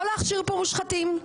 לא להכשיר פה מושחתים.